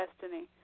destiny